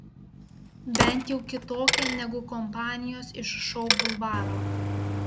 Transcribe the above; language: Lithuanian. bent jau kitokia negu kompanijos iš šou bulvaro